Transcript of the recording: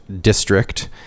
district